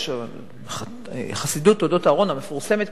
יש חסידות "תולדות אהרן" המפורסמת,